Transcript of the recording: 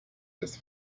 his